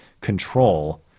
control